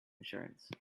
insurance